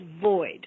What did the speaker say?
void